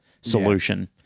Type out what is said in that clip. solution